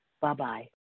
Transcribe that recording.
Bye-bye